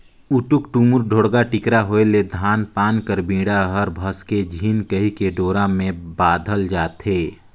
उटुक टुमुर, ढोड़गा टिकरा होए ले धान पान कर बीड़ा हर भसके झिन कहिके डोरा मे बाधल जाथे